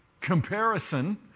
comparison